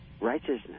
righteousness